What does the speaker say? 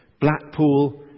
Blackpool